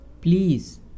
please